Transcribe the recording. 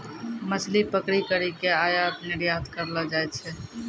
मछली पकड़ी करी के आयात निरयात करलो जाय छै